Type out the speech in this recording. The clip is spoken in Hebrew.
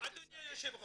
אדוני היושב ראש.